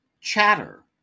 Chatter